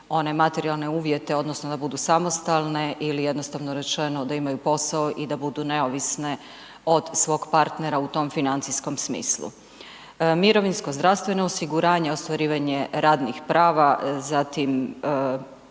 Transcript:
one materijalne uvjete odnosno da budu samostalne ili jednostavno rečeno da imaju posao i da budu neovisne od svog partnera u tom financijskom smislu. Mirovinsko, zdravstveno osiguranje, ostvarivanje radnih prava zatim